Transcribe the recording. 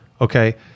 Okay